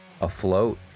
afloat